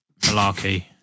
malarkey